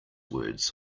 words